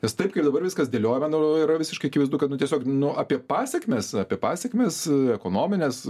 nes taip kaip dabar viskas dėliojama nu yra visiškai akivaizdu kad nu tiesiog nu apie pasekmes apie pasekmes ekonomines